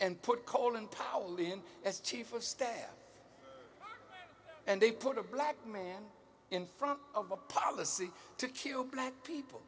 and put colin powell in as chief of staff and they put a black man in front of a policy to kill black people